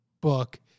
book